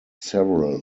several